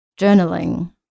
journaling